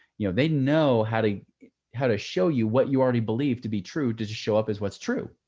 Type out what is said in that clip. you know, they know how to how to show you what you already believe to be true. does it show up as what's true.